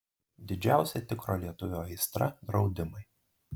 didžiausia tikro lietuvio aistra draudimai